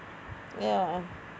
ya